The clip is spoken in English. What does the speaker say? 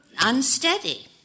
unsteady